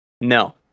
No